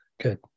Good